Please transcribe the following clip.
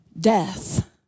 death